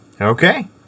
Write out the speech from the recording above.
Okay